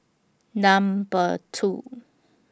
Number two